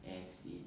as it